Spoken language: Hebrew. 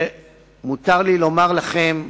ומותר לי לומר לכם: